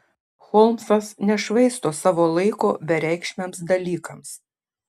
holmsas nešvaisto savo laiko bereikšmiams dalykams